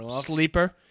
sleeper